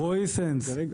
תמתין רגע.